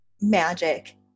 magic